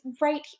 right